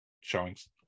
showings